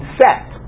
set